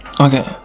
Okay